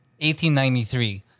1893